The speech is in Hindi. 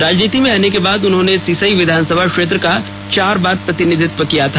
राजनीति में आने के बाद उन्होंने सिसई विधानसभा क्षेत्र का चार बार प्रतिनिधित्व किया था